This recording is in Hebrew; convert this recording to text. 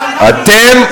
סליחה, אנחנו, אתם,